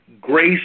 Grace